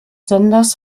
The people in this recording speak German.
senders